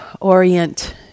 orient